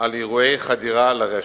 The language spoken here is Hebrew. על אירועי חדירה לרשת.